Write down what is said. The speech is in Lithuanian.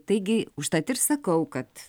taigi užtat ir sakau kad